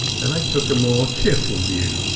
then i took a more cheerful view.